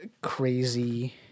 crazy